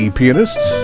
pianists